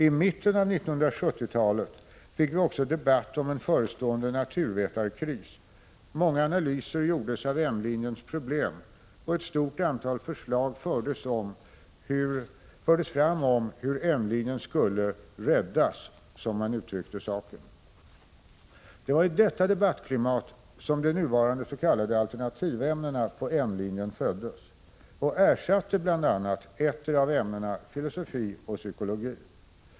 I mitten av 1970-talet fick vi också debatt om en förestående naturvetarkris, många analyser gjordes av N-linjens problem och ett stort antal förslag fördes fram om hur N-linjen skulle ”räddas”, som man uttryckte saken. Det var i detta debattklimat som de nuvarande s.k. alternativämnena på N-linjen föddes och ersatte bl.a. ettdera av ämnena filosofi och psykologi.